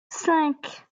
cinq